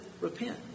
repent